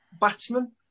batsman